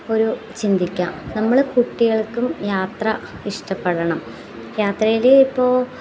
ഒരു ചിന്തിക്കാം നമ്മൾ കുട്ടികൾക്കും യാത്ര ഇഷ്ടപ്പെടണം യാത്രയിൽ ഇപ്പോൾ